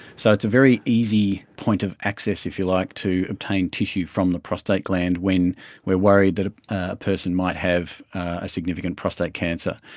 so it's a very easy point of access, if you like, to obtain tissue from the prostate gland when we are worried that ah a person might have a significant prostate cancer.